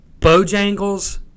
Bojangles